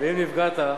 ואם נפגעת,